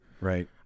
right